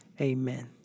Amen